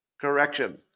Correction